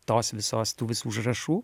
tos visos tų visų užrašų